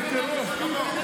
לעשות קומבינה,